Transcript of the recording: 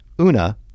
Una